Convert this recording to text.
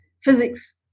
physics